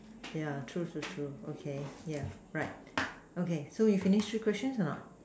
ya true true true okay yeah right okay so we finish three question a not